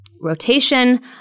rotation